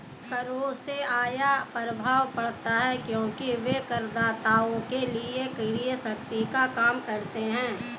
करों से आय प्रभाव पड़ता है क्योंकि वे करदाताओं के लिए क्रय शक्ति को कम करते हैं